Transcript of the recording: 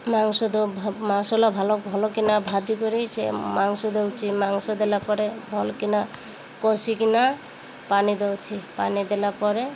ମାଂସ ଭଲକିନା ଭାଜି କରି ସେ ମାଂସ ଦେଉଛି ମାଂସ ଦେଲା ପରେ ଭଲକିନା କଷିକିନା ପାଣି ଦେଉଛି ପାଣି ଦେଲା ପରେ